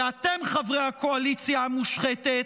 ואתם, חברי הקואליציה המושחתת,